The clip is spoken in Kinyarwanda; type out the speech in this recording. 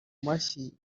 mashyi